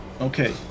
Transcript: Okay